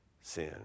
sin